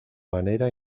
manera